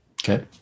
Okay